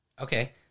Okay